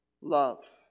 love